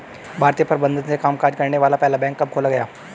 भारतीय प्रबंधन से कामकाज करने वाला पहला बैंक कब खोला गया?